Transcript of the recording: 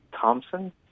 Thompson